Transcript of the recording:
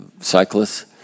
cyclists